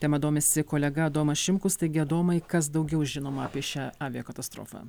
tema domisi kolega adomas šimkus taigi adomai kas daugiau žinoma apie šią aviakatastrofą